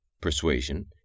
Persuasion